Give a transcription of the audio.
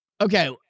Okay